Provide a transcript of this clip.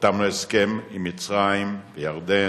חתמנו הסכם עם מצרים ועם ירדן.